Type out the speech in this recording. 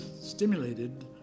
stimulated